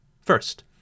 First